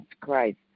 Christ